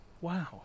Wow